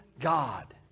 God